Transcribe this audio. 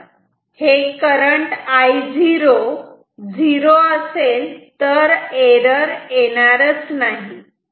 जर I0 zero असेल तर एरर येणार नाही